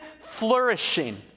flourishing